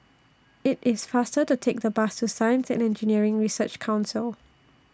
IT IS faster to Take The Bus to Science and Engineering Research Council